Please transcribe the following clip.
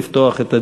לפתוח את הדיון.